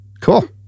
Cool